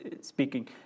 speaking